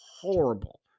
horrible